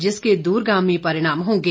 जिसके दूरगामी परिणाम होंगे